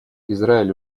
израиль